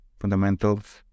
fundamentals